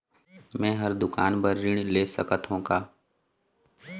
मैं हर दुकान बर ऋण ले सकथों का?